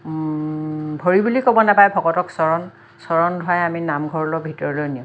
ভৰি বুলি ক'ব নেপায় ভকতক চৰণ চৰণ ধোৱাই আমি নামঘৰলৈ ভিতৰলৈ নিওঁ